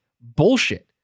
Bullshit